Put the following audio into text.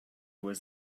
was